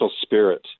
spirit